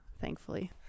thankfully